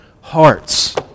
hearts